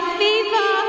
fever